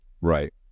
Right